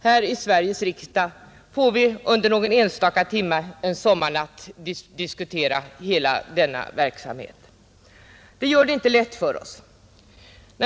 Här i Sveriges riksdag får vi under någon enstaka timme en sommarnatt diskutera hela denna verksamhet. Det gör det inte lätt för oss.